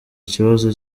ikibazo